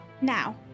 Now